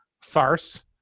farce